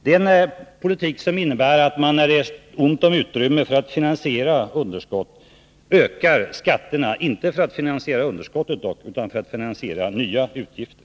Det är en politik som innebär att man, när det är ont om utrymme för att finansiera underskott, ökar skatterna — inte för att finansiera underskottet dock, utan för att finansiera nya utgifter.